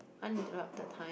uninterrupted time